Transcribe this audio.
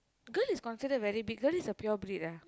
girl is considered very big girl is a pure breed ah